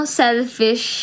selfish